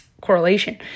correlation